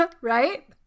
Right